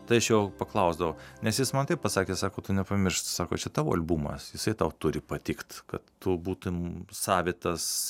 tai aš jau paklausdavau nes jis man taip pasakė sako tu nepamiršk sako čia tavo albumas jisai tau turi patikt kad tu būtum savitas